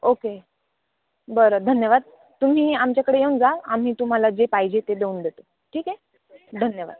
okay बरं धन्यवाद तुम्ही आमच्याकडे येऊन जा आम्ही तुम्हाला जे पाहिजे ते देऊन देतो ठीक आहे धन्यवाद